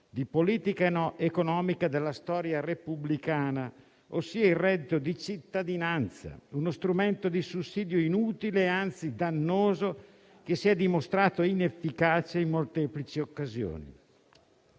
di politica economica della storia repubblicana, ossia il reddito di cittadinanza, uno strumento di sussidio inutile, anzi dannoso, che si è dimostrato inefficace in molteplici occasioni.